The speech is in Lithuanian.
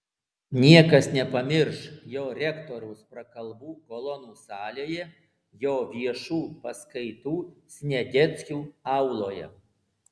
niekas nepamirš jo rektoriaus prakalbų kolonų salėje jo viešų paskaitų sniadeckių auloje